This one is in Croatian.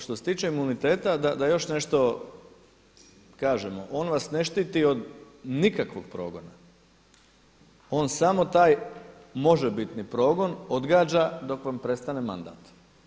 Što se tiče imuniteta da još nešto kažemo, on vas ne štiti od nikakvog progona, on samo taj možebitni progon odgađa dok vam prestane mandat.